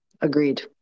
agreed